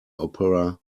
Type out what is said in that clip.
opera